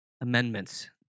Amendments